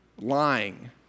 lying